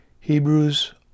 Hebrews